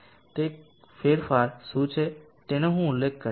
તે ફેરફાર શું છે તેનો હું ઉલ્લેખ કરીશ